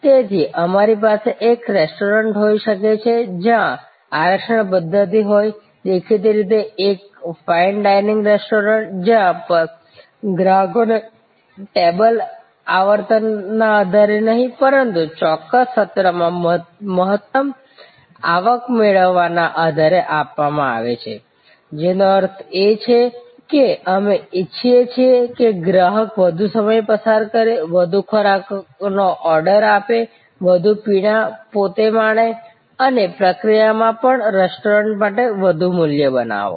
તેથી અમારી પાસે એક રેસ્ટોરન્ટ હોઈ શકે છે જેમાં આરક્ષણ પદ્ધતિ હોય દેખીતી રીતે એક ફાઇન ડાઇનિંગ રેસ્ટોરન્ટ જ્યાં ગ્રાહકોને ટેબલ આવર્તનના આધારે નહીં પરંતુ ચોક્કસ સત્રમાંથી મહત્તમ આવક મેળવવાના આધારે આપવામાં આવે છે જેનો અર્થ છે કે અમે ઇચ્છીએ છીએ કે ગ્રાહક વધુ સમય પસાર કરે વધુ ખોરાકનો ઓર્ડર આપે વધુ પીણાં પોતાને માણો અને પ્રક્રિયામાં પણ રેસ્ટોરન્ટ માટે વધુ મૂલ્ય બનાવો